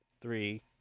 three